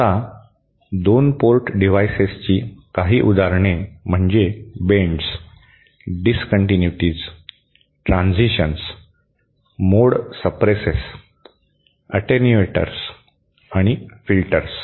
आता 2 पोर्ट डिव्हाइसेसची काही उदाहरणे म्हणजे bends discontinuities transitions mode suppressors attenuators आणि फिल्टर्स